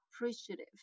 appreciative